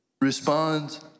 responds